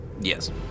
Yes